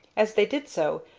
as they did so,